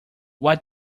what